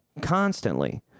constantly